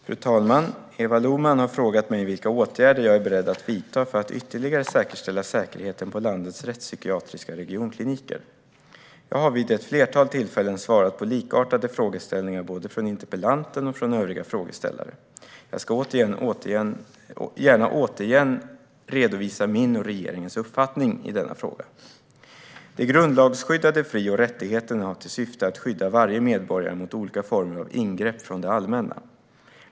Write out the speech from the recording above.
Fru talman! Eva Lohman har frågat mig vilka åtgärder jag är beredd att vidta för att ytterligare säkerställa säkerheten på landets rättspsykiatriska regionkliniker. Jag har vid ett flertal tillfällen svarat på likartade frågor både från interpellanten och från övriga frågeställare. Jag ska gärna återigen redovisa min och regeringens uppfattning i denna fråga. De grundlagsskyddade fri och rättigheterna har till syfte att skydda varje medborgare mot olika former av ingrepp från det allmänna.